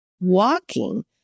Walking